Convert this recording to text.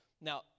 Now